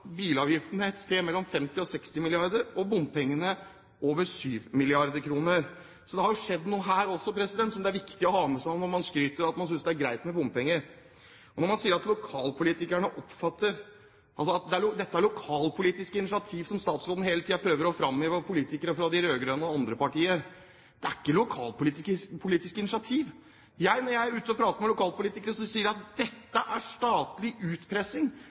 bilavgiftene et sted mellom 50 og 60 mrd. kr og bompengene over 7 mrd. kr. Så det har skjedd noe her også som det er viktig å ha med seg når man skryter av at man synes det er greit med bompenger. Man sier at dette er lokalpolitiske initiativ, noe statsråden hele tiden prøver å fremheve og også politikere fra de rød-grønne og andre partier. Det er ikke lokalpolitiske initiativ. Når jeg er ute og prater med lokalpolitikere, sier de at dette er statlig utpressing,